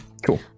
Cool